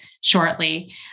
shortly